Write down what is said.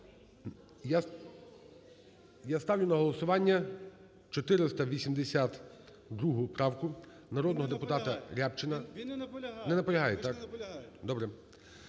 Я ставлю на голосування 482 правку народного депутатаРябчина… КНЯЗЕВИЧ Р.П. Він не наполягає.